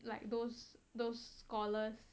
like those those scholars